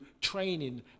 training